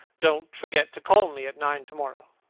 don't forget to call me at nine to-morrow.